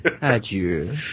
Adieu